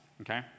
Okay